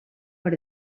per